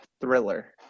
thriller